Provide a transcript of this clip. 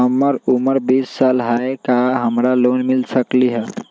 हमर उमर बीस साल हाय का हमरा लोन मिल सकली ह?